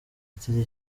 iki